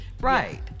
Right